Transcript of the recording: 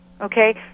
Okay